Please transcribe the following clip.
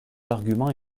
arguments